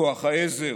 לכוח העזר,